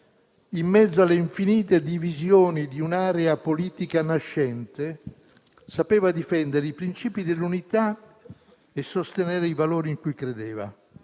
in mezzo alle infinite divisioni di un'area politica nascente, sapeva difendere i princìpi dell'unità e sostenere i valori in cui credeva.